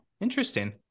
interesting